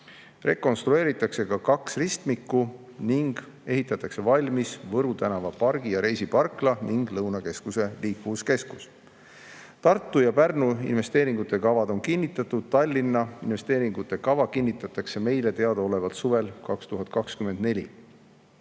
Rekonstrueeritakse ka kaks ristmikku ning ehitatakse valmis Võru tänava "Pargi ja reisi" parkla ning Lõunakeskuse liikuvuskeskus. Tartu ja Pärnu investeeringute kavad on kinnitatud, Tallinna investeeringute kava kinnitatakse meile teadaolevalt suvel 2024.